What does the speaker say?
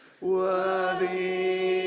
Worthy